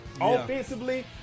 offensively